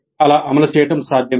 అలా అమలు చేయడం సాధ్యమే